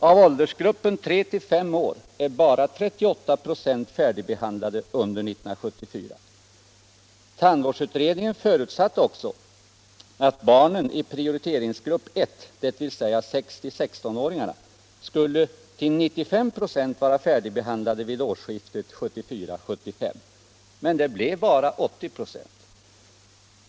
Av åldersgruppen 3-5 år är bara 38 96 färdigbehandlade under 1974. Tandvårdsutredningen förutsatte också att barnen i prioritetsgrupp I, dvs. 6-16-åringarna, skulle till 95 96 vara färdigbehandlade vid årsskiftet 1974-1975. Men det blev bara 80 ”,.